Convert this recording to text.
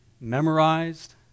memorized